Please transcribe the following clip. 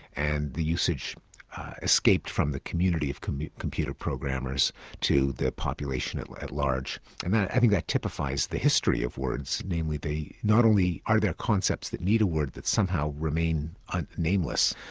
and the usage escaped from the community of computer computer programmers to the population at at large. and i think that typifies the history of words, namely not only are there concepts that need a word that somehow remain ah nameless,